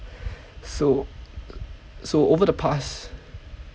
so so over the past